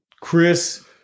Chris